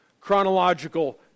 chronological